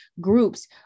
groups